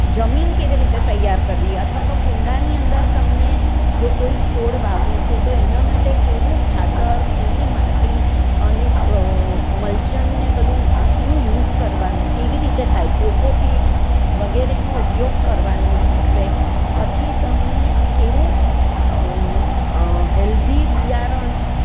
જમીન કેવી રીતે તૈયાર કરવી અથવા તો કુંડાની અંદર તમને જો કોઈ છોડ વાવવો છે તો એના માટે કેવું ખાતર કેવી માટી અને મલચનને બધું શું યુસ કરવાનું કેવી રીતે થાય કોકોપીટ વગેરેનો ઉપયોગ કરવાનો શીખવે પછી તમને કેવું હેલ્દી બિયારણ